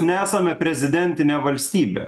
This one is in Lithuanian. nesame prezidentinė valstybė